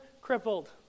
crippled